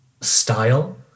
style